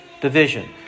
division